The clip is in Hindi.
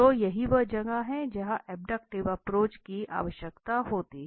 तो यही वह जगह है जहां अब्डक्टिव अप्रोच की आवश्यकता होती है